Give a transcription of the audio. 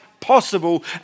Possible